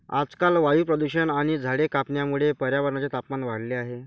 आजकाल वायू प्रदूषण आणि झाडे कापण्यामुळे पर्यावरणाचे तापमान वाढले आहे